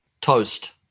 Toast